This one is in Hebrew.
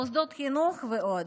מוסדות חינוך ועוד.